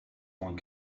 one